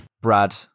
Brad